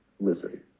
listen